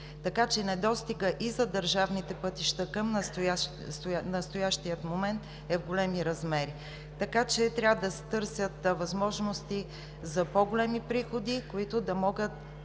така че недостигът и за държавните пътища към настоящия момент е в големи размери. Трябва да се търсят възможности за по-големи приходи, които да могат